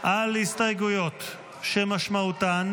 על הסתייגויות שמשמעותן